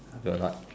I will not